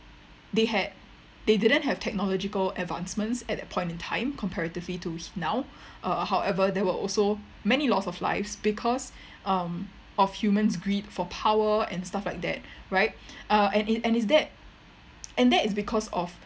they had they didn't have technological advancements at that point of time comparatively to now uh however there were also many loss of lives because um of humans greed for power and stuff like that right and is that and that is because of